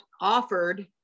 offered